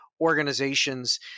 organizations